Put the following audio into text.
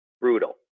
brutal